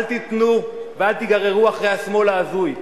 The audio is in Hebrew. אל תיתנו ואל תיגררו אחרי השמאל ההזוי,